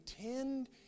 tend